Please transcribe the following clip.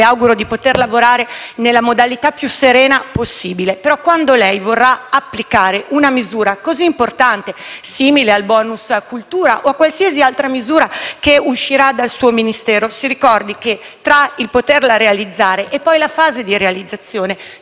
le auguro di poter lavorare nella modalità più serena possibile però, quando lei vorrà applicare una misura così importante quale il *bonus* cultura o qualsiasi altra misura che uscirà dal suo Ministero, si ricordi che tra il poterla realizzare e la fase di realizzazione